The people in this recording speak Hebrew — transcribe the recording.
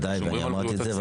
ודאי, ואני אמרתי את זה.